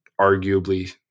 arguably